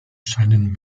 scheinen